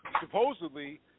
supposedly